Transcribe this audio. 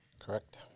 Correct